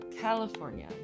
California